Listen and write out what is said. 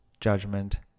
judgment